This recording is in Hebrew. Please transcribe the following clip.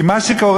כי מה שקורה,